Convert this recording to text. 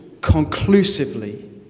conclusively